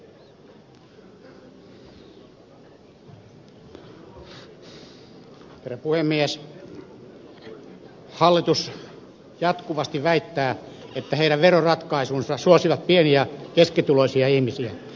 hallitus jatkuvasti väittää että sen veroratkaisut suosivat pieni ja keskituloisia ihmisiä